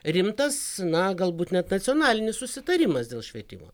rimtas na galbūt net nacionalinis susitarimas dėl švietimo